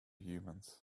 humans